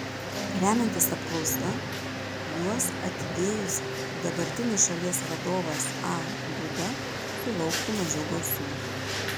remiantis apklausa juos atidėjus dabartinis šalies vadovas a duda sulauktų mažiau balsų